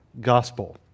gospel